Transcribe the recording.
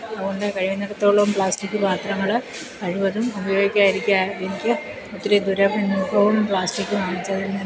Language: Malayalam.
അതുകൊണ്ട് കഴിയുന്നിടത്തോളം പ്ലാസ്റ്റിക്ക് പാത്രങ്ങൾ കഴിവതും ഉപയോഗിക്കാതിരിക്കാനും ഇരിക്കെ ഒത്തിരി ദുരനുഭവം പ്ലാസ്റ്റിക്ക് വാങ്ങിച്ചതിൽ നിന്നും